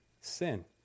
Sin